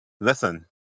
listen